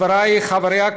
חבריי חברי הכנסת,